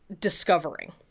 discovering